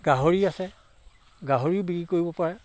গাহৰি আছে গাহৰিও বিক্ৰী কৰিব পাৰে